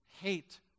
hate